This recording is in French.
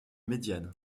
médiane